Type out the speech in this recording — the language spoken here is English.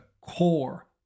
core